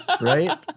Right